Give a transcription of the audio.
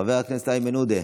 חבר הכנסת זאב אלקין,